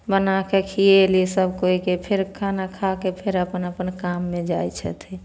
बनाके खिएली सभकोइके फेर खाना खाके फेर अपन अपन काममे जाइ छथिन